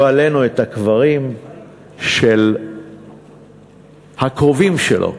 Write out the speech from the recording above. לא עלינו, את הקברים של הקרובים שלו,